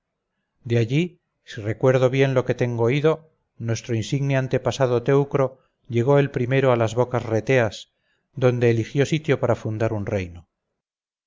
de allí si recuerdo bien lo que tengo oído nuestro insigne antepasado teucro llegó el primero a las bocas reteas donde eligió sitio para fundar un reino